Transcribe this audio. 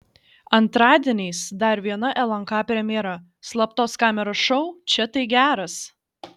antradieniais dar viena lnk premjera slaptos kameros šou čia tai geras